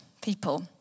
people